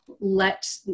let